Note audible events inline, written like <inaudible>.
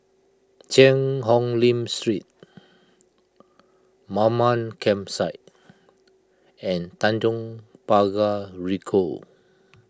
Cheang Hong Lim Street <noise> Mamam Campsite and Tanjong Pagar Ricoh